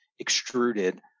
extruded